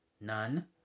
None